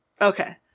Okay